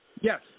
Yes